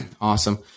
Awesome